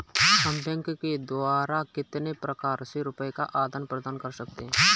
हम बैंक द्वारा कितने प्रकार से रुपये का आदान प्रदान कर सकते हैं?